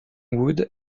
wood